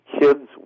kids